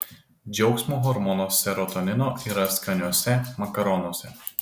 džiaugsmo hormono serotonino yra skaniuose makaronuose